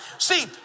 See